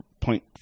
point